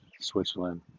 Switzerland